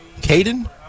Caden